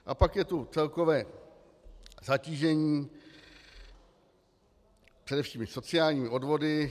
A pak je tu celkové zatížení především sociálními odvody.